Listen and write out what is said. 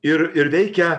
ir ir veikia